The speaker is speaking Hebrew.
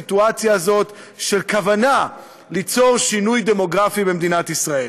ליצור את הסיטואציה הזאת של כוונה ליצור שינוי דמוגרפי במדינת ישראל.